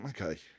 Okay